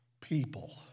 people